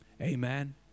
Amen